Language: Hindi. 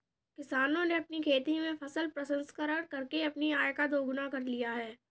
किसानों ने अपनी खेती में फसल प्रसंस्करण करके अपनी आय को दुगना कर लिया है